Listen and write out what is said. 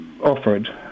offered